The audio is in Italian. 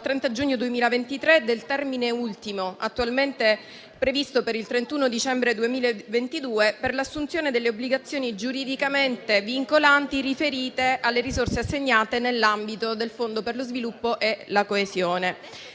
30 giugno 2023 - del termine ultimo, attualmente previsto per il 31 dicembre 2022, per l'assunzione delle obbligazioni giuridicamente vincolanti riferite alle risorse assegnate nell'ambito del Fondo per lo sviluppo e la coesione